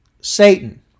Satan